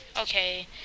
okay